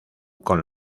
con